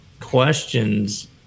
questions